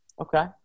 Okay